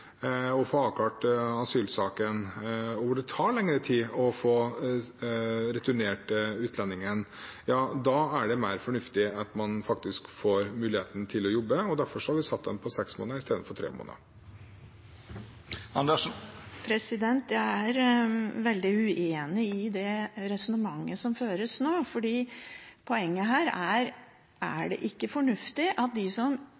å få avklart asylsaken, og hvor det tar lengre tid å få returnert utlendingen – ja, da er det mer fornuftig at man faktisk får muligheten til å jobbe, og derfor har vi satt den tidsavgrensningen på seks måneder istedenfor på tre måneder. Jeg er veldig uenig i det resonnementet som føres nå, for poenget her er: Er det ikke fornuftig at de som